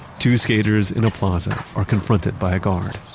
two skaters in a plaza are confronted by a guard.